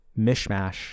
mishmash